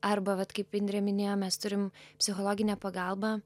arba vat kaip indrė minėjo mes turim psichologinę pagalbą